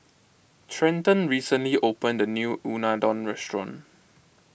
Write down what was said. Trenton recently opened a new Unadon restaurant